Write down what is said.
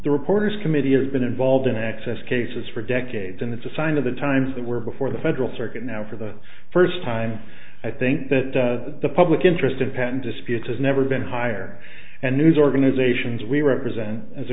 the reporters committee has been involved in access cases for decades and it's a sign of the times they were before the federal circuit now for the first time i think that the public interest in penn dispute has never been higher and news organizations we represent as a